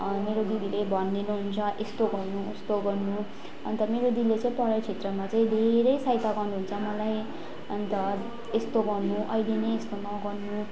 मेरो दिदीले भनिदिनुहुन्छ यस्तो गर्नु उस्तो गर्नु अन्त मेरो दिदीले चाहिँ पढाइ क्षेत्रमा चाहिँ धेरै सहायता गर्नुहुन्छ मलाई अन्त यस्तो गर्नु अहिले नै यस्तो नगर्नु